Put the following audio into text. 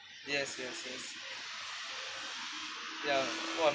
yes yes yes ya !wow!